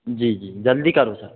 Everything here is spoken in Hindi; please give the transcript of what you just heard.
जी जी जल्दी करो सर